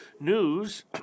news